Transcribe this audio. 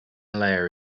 layer